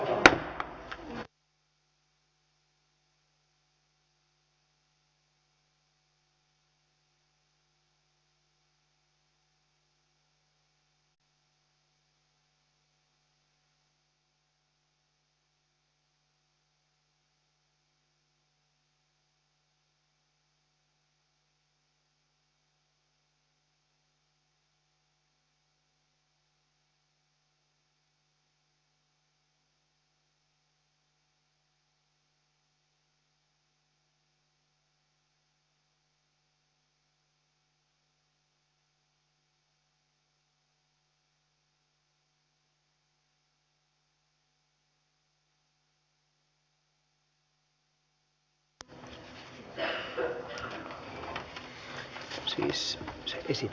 ei tämmöistä kehitysapua emme me lähde tämmöiseen mukaan vaan me haluamme että siitä tulee tuloksia